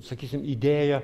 sakysim idėja